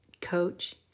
Coach